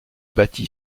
bâti